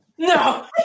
No